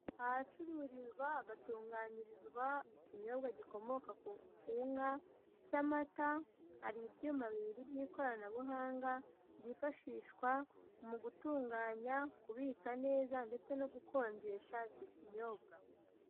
Ahacururizwa, hagatunganyirizwa, ikinyobwa gikomoka ku nka cy'amata. Har' ibyuma bibiri ,by 'ikoranabuhanga byifashishwa mugutunganya , kubika neza ndetse no gukonjesha icyo kinyobwa.